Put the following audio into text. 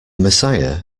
messiah